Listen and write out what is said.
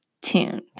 tuned